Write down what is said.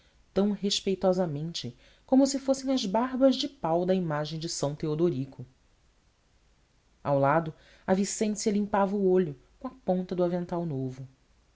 tão respeitosamente como se fossem as barbas de pau da imagem de são teodorico ao lado a vicência limpava o olho com a ponta do avental novo